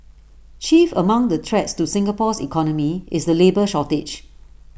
chief among the threats to Singapore's economy is the labour shortage